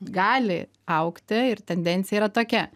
gali augti ir tendencija yra tokia